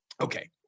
Okay